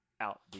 Out